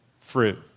fruit